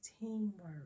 teamwork